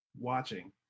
watching